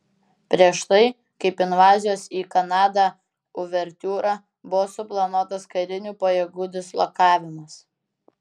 prieš tai kaip invazijos į kanadą uvertiūra buvo suplanuotas karinių pajėgų dislokavimas